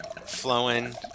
flowing